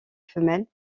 femelles